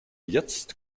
jetzt